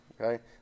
okay